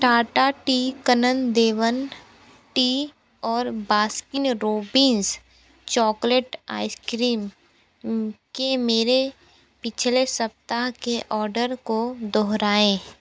Tata tea Kanan Devan tea और Baskin Robbins chocolate ice cream के मेरे पिछले सप्ताह के ऑडर को दोहराएँ